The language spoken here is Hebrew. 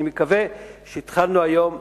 אני מקווה שהתחלנו היום דרך,